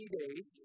days